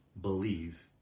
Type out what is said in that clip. believe